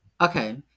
Okay